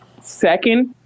Second